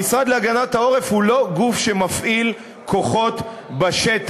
המשרד להגנת העורף הוא לא גוף שמפעיל כוחות בשטח,